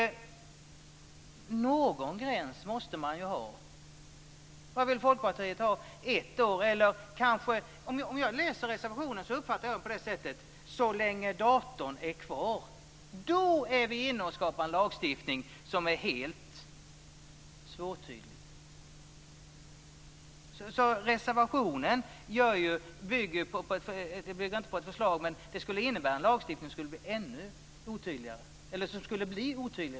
Någon gräns måste man ju ha. Vad vill Folkpartiet ha? Ett år? När jag läser reservationen blir min uppfattning: så länge datorn är kvar. Då skapar vi en lagstiftning som är svårtydd. Reservationen skulle innebära en lagstiftning som skulle bli otydlig.